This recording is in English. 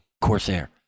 Corsair